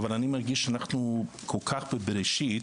אבל אני מרגיש שאנחנו כל כך בבראשית.